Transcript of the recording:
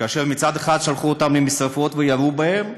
כאשר מצד אחד שלחו אותם למשרפות וירו בהם,